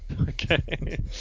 Okay